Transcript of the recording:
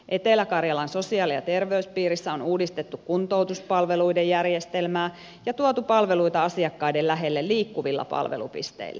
etelä karjalan sosiaali ja terveyspiirissä on uudistettu kuntoutuspalveluiden järjestelmää ja tuotu palveluita asiakkaiden lähelle liikkuvilla palvelupisteillä